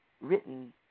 written